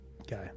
Okay